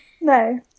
No